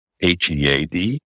H-E-A-D